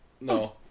No